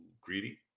greedy